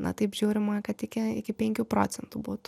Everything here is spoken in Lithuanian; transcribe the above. na taip žiūrima kad iki iki penkių procentų būtų